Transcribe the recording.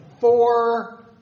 four